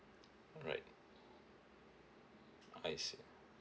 alright I see